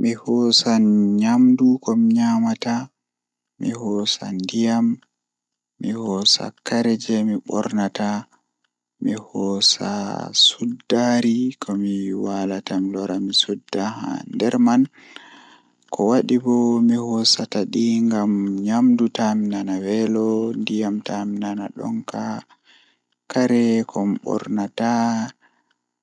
Mi hoosan nyamdu komi yamata, Miu hoosan ndiyam, Mi hoosan kare jei mi bornata, Mi hoosan soddari komi waalata, Mi lora mi sudda haa nder man ko wadi bo mihoosata di ngam nyamdu taa mi nana weelo, ndiyam taa mi nana donka kare komi bornata,